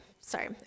sorry